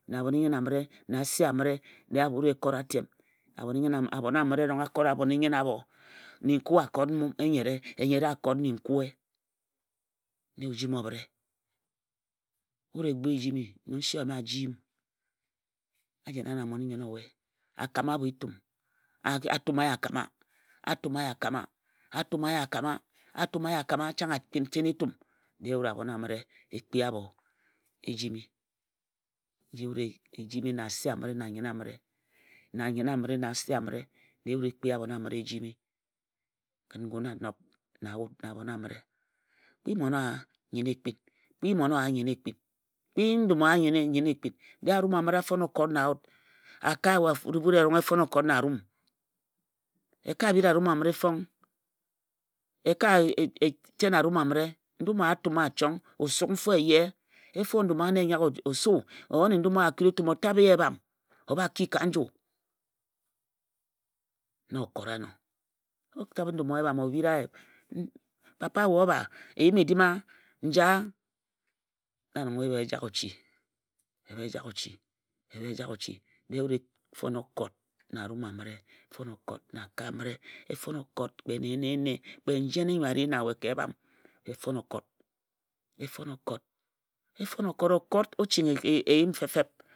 Na abhon-i-nnyen a mǝre, na ase amǝre de wut e kot atem. Abhon a mǝre erong dikot abhon-i-nnyen abho. Nnenkue a kot enyere-enyere a kot nnenkue na ojimi obhǝre wut e gboe ejimi nong nse ome a ji m, a jena na mmon-i-nnyen owe a kama abho etum a tuma ye a kama, a tuma ye a kama, a tuma ye a kama a tuma ye a kama chong a tena etum. Dee wut abhon amǝre e kpi abho ejimi nji wut e jimi na anyen amǝre na ase amǝre dee wut e kpi abhon amǝre ejimi kǝn ngun a nob na wut na abhon a mǝre. Kpi mmon owa nnyen ekpin kpi mmon owa nnyen ekpin, kpi ndum owa nnyen ekpin. Dee arum amǝre a fon okot na wut, akae wut erong e fon okot na arum. E ka bhiri arum amǝre fong. E ka ten arum amǝre. Ndum owa a tum wa chong. O suk mfo eye. Efo ndum awa na e yaghe o su o yene ndum owa a kura etum o tabhe ye ebham o bha ki ka nju na okot ano. O tabhe ndum owa ebham o bhira ye papa we o bha eyim-edim a? Njae a? na nong ebhae e jak ochi, ebhae e jak ochi, ebhae e jak ochi Dee wut e fon okot na arum amǝre e fon okot na ake amǝre. E fon okot kpe ene ene kpe njene nnyo a ri na we ka ebham. E fon okot, e fon onkot o chinghi eyim feep.